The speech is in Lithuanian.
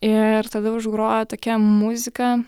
ir tada užgrojo tokia muzika